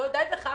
אם לא די בכך,